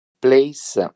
place